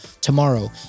tomorrow